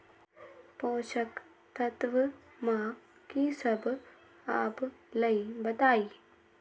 पोषक तत्व म की सब आबलई बताई?